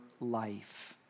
life